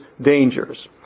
dangers